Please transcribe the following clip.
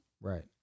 Right